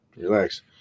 relax